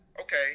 okay